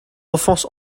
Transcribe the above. enfance